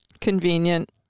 Convenient